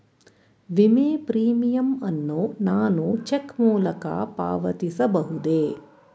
ವಿಮೆ ಪ್ರೀಮಿಯಂ ಅನ್ನು ನಾನು ಚೆಕ್ ಮೂಲಕ ಪಾವತಿಸಬಹುದೇ?